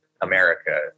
America